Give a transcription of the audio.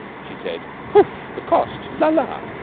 she said, poof! the cost? la, la!